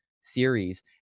series